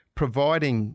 providing